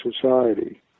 society